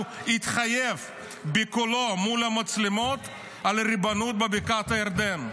התחייב בקולו מול המצלמות לריבונות בבקעת הירדן.